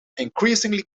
increasingly